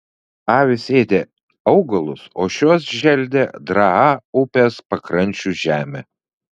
avys ėdė augalus o šiuos želdė draa upės pakrančių žemė